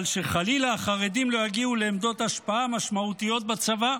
אבל שחלילה החרדים לא יגיעו לעמדות השפעה משמעותיות בצבא,